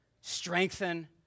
strengthen